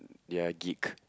they are geek